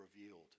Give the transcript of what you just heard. revealed